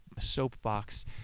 soapbox